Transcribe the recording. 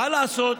מה לעשות,